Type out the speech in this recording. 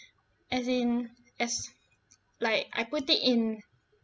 as in as like I put it in